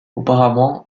auparavant